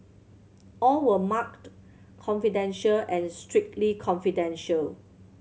all were marked confidential and strictly confidential